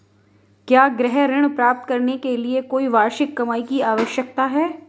क्या गृह ऋण प्राप्त करने के लिए कोई वार्षिक कमाई की आवश्यकता है?